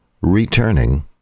returning